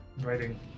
writing